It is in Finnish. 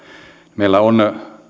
meillä on